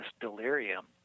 delirium